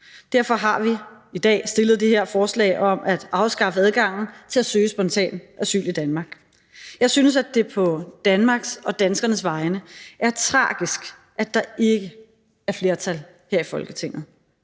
Derfor har vi i dag behandlet det her forslag om at afskaffe adgangen til at søge spontant asyl i Danmark. Jeg synes, det på Danmarks og danskernes vegne er tragisk, at der ikke er flertal her i Folketinget.